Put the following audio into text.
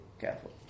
careful